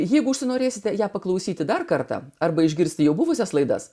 jeigu užsinorėsite ją paklausyti dar kartą arba išgirsti jau buvusias laidas